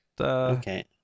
Okay